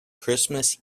christmas